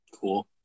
Cool